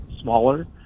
smaller